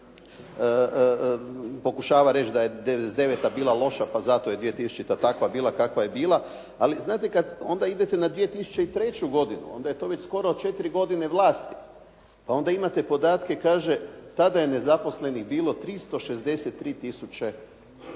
pokušava reći da je '99. bila loša pa zato je 2000. takva bila kakva je bila. Ali znate onda idete na 2003. godinu, onda je to već skoro 4 godine vlasti. Pa onda imate podatke kaže, tada je nezaposlenih bilo 363